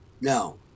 No